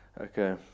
Okay